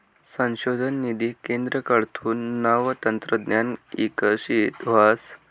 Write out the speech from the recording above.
संशोधन निधी केंद्रकडथून नवं तंत्रज्ञान इकशीत व्हस